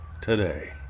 today